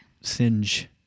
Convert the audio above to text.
Singe